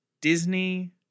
Disney